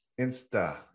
Insta